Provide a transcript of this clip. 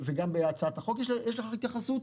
גם בהצעת החוק יש לזה התייחסות.